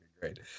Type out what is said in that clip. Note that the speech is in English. great